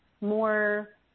more